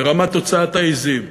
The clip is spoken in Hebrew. ברמת הוצאת העזים,